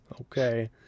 Okay